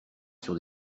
sur